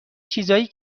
چیزایی